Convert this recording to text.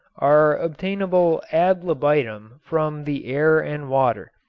are obtainable ad libitum from the air and water.